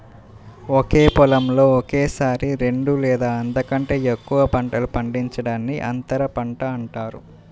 ఒకే పొలంలో ఒకేసారి రెండు లేదా అంతకంటే ఎక్కువ పంటలు పండించడాన్ని అంతర పంట అంటారు